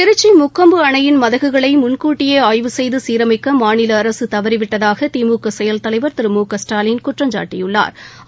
திருச்சி முக்கொம்பு அணையின் மதகுகளை முன்கூட்டியே அய்வு செய்து சீரமைக்க மாநில அரசு தவறிவிட்டதாக திமுக செயல் தலைவா் திரு மு க ஸ்டாலின் குற்றம்சாட்டியுள்ளாா்